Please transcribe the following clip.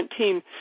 2017